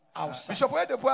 outside